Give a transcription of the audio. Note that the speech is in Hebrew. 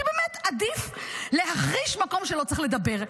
כי באמת עדיף להחריש מקום שלא צריך לדבר.